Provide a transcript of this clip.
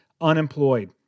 unemployed